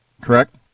correct